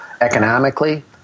economically